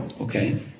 okay